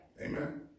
Amen